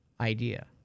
idea